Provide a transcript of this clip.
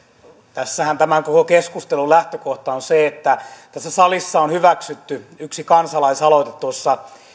tässähän tämän koko keskustelun lähtökohta on se että tässä salissa on hyväksytty yksi kansalais aloite